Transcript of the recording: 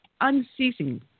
unceasing